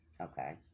Okay